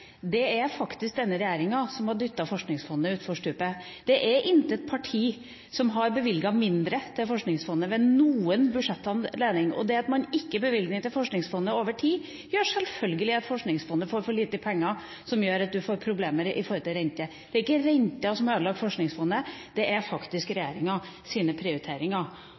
Det er faktisk denne regjeringa som har dyttet Forskningsfondet utfor stupet. Det er intet parti som har bevilget mindre til Forskningsfondet ved noen budsjettanledning. Det at man ikke bevilger midler til Forskningsfondet over tid, gjør selvfølgelig at Forskningsfondet får for lite penger, som gjør at man får problemer i forhold til renter. Det er ikke renter som har ødelagt Forskningsfondet, det er faktisk regjeringas prioriteringer.